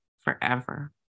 forever